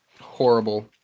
horrible